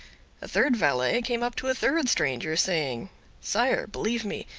a third valet came up to a third stranger, saying sire, believe me,